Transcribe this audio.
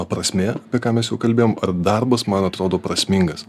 prasmė apie ką mes jau kalbėjom ar darbas man atrodo prasmingas